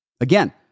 Again